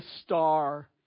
star